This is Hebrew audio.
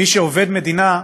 מי שהוא עובד מדינה,